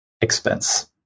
expense